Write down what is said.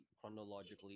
chronologically